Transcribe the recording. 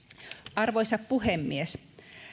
arvoisa puhemies